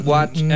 Watch